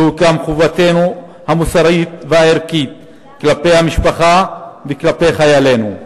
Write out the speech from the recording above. זוהי גם חובתנו המוסרית והערכית כלפי המשפחה וכלפי חיילינו.